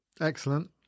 Excellent